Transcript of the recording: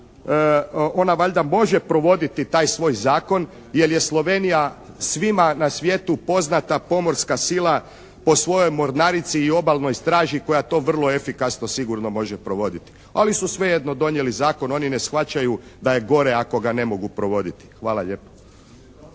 ona valjda može provoditi taj svoj zakon jer je Slovenija svima na svijetu poznata pomorska sila po svojoj mornarici i obalnoj straži koja to vrlo efikasno sigurno može provoditi. Ali su svejedno donijeli zakon, oni ne shvaćaju da je gore ako ga ne mogu provoditi. Hvala lijepo.